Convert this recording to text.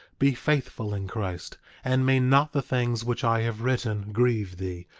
be faithful in christ and may not the things which i have written grieve thee,